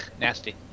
nasty